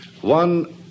One